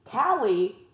Callie